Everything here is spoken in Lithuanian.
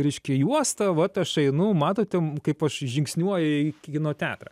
reiškia juostą vat aš einu matote kaip aš žingsniuoju į kino teatrą